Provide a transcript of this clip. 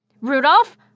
Rudolph